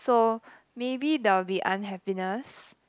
so maybe there'll be unhappiness